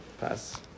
Pass